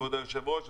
כבוד היושב-ראש,